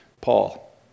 Paul